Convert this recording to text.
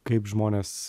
kaip žmonės